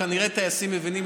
אפילו לטייסים זה אמור להיות